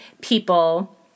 people